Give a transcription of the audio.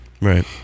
Right